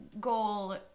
goal